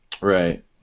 Right